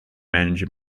manage